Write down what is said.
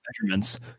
Measurements